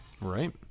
Right